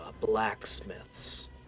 blacksmiths